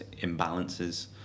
imbalances